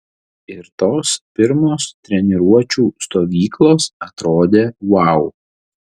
ir tos pirmos treniruočių stovyklos atrodė vau